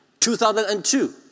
2002